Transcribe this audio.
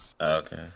Okay